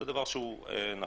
זה דבר שהוא נכון.